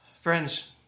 Friends